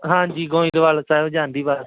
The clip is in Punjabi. ਹਾਂਜੀ ਗੋਇੰਦਵਾਲ ਸਾਹਿਬ ਜਾਂਦੀ ਬੱਸ